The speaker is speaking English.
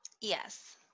Yes